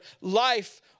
life